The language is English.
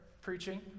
preaching